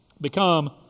become